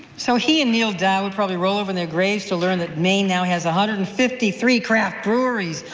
so, he and neil dow would probably roll over in their graves to learn that maine now has one hundred and fifty three craft breweries,